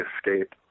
escape